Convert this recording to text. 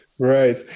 Right